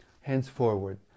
Henceforward